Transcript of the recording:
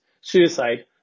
suicide